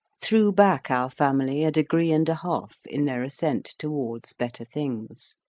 threw back our family a degree and a half in their ascent towards better things.